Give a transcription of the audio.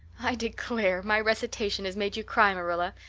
i declare, my recitation has made you cry, marilla,